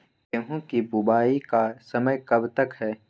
गेंहू की बुवाई का समय कब तक है?